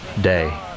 day